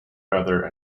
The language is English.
feather